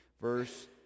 Verse